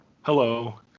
Hello